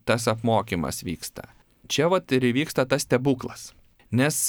tas apmokymas vyksta čia vat ir įvyksta tas stebuklas nes